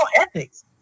ethics